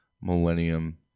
Millennium